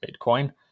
Bitcoin